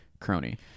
Crony